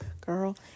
girl